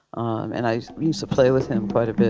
um and i used to play with him quite a